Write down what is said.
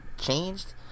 changed